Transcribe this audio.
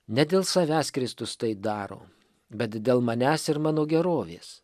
ne dėl savęs kristus tai daro bet dėl manęs ir mano gerovės